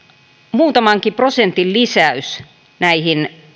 muutamankin prosentin lisäys näihin